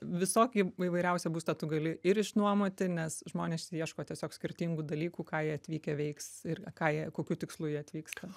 visokį įvairiausią būstą tu gali ir išnuomoti nes žmonės ieško tiesiog skirtingų dalykų ką jie atvykę veiks ir ką jie kokiu tikslu jie atvyksta